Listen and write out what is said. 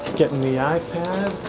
getting the ah ipad.